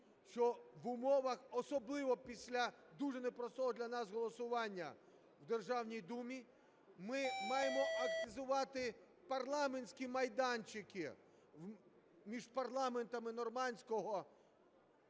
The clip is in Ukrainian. що в умовах, особливо після дуже непростого для нас голосування в Державній Думі, ми маємо активізувати парламентські майданчики між парламентами нормандського…